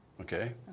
okay